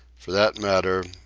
for that matter,